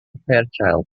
fairchild